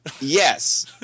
Yes